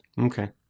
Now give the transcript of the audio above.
Okay